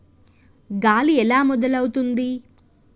గాలి ఎలా మొదలవుతుంది?